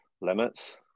limits